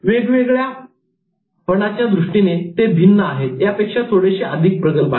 वेगळेपणाच्या दृष्टीने ते भिन्न आहेत यापेक्षा थोडेसे अधिक प्रगल्भ आहेत